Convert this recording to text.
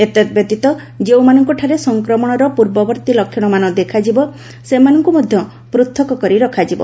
ଏତଦ୍ବ୍ୟତୀତ ଯେଉଁମାନଙ୍କଠାରେ ସଂକ୍ରମଣର ପୂର୍ବବର୍ତ୍ତୀ ଲକ୍ଷଣମାନ ଦେଖାଯିବ ସେମାନଙ୍କୁ ମଧ୍ୟ ପୃଥକ କରି ରଖାଯିବ